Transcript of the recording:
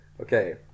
okay